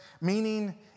meaning